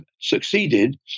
succeeded